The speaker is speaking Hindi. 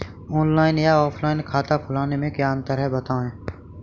ऑनलाइन या ऑफलाइन खाता खोलने में क्या अंतर है बताएँ?